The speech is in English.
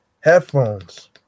headphones